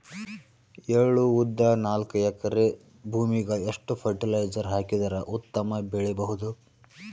ಎಳ್ಳು, ಉದ್ದ ನಾಲ್ಕಎಕರೆ ಭೂಮಿಗ ಎಷ್ಟ ಫರಟಿಲೈಜರ ಹಾಕಿದರ ಉತ್ತಮ ಬೆಳಿ ಬಹುದು?